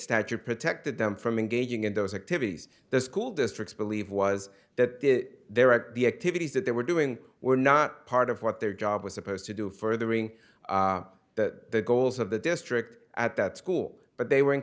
stature protected them from engaging in those activities their school districts believe was that there are the activities that they were doing were not part of what their job was supposed to do furthering that goals of the district at that school but they were